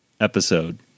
episode